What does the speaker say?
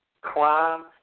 Crime